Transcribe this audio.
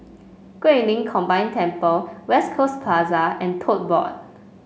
Guilin Combined Temple West Coast Plaza and Tote Board